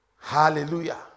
hallelujah